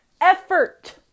effort